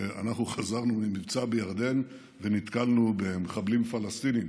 שאנחנו חזרנו ממבצע בירדן ונתקלנו במחבלים פלסטינים